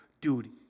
dude